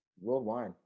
Worldwide